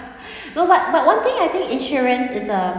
no but but one thing I think insurance is a